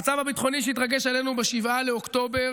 המצב הביטחוני שהתרגש עלינו ב-7 באוקטובר